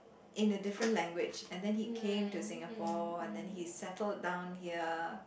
in a different language and then he came to Singapore and then he settled down here